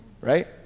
right